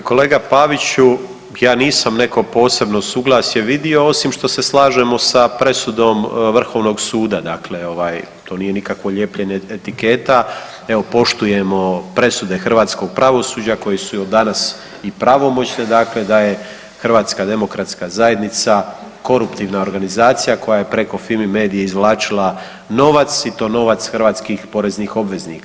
Dakle kolega Paviću, ja nisam neko posebno suglasje vidio osim što se slažemo sa presudom Vrhovnog suda, dakle to nije nikakvo lijepljenje etiketa, evo poštujemo presude hrvatskog pravosuđa koje su danas i pravomoćne, dakle da je HDZ koruptivna organizacija koja je preko Fimi medije izvlačila novac i to novac hrvatskih poreznih obveznika.